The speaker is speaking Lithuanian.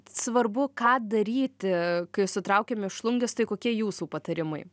svarbu ką daryti kai sutraukia mėšlungis tai kokie jūsų patarimai